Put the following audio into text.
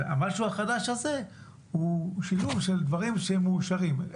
המשהו החדש הזה הוא שילוב של דברים שהם מאושרים.